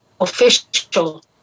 official